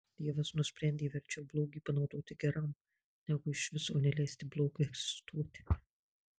dievas nusprendė verčiau blogį panaudoti geram negu iš viso neleisti blogiui egzistuoti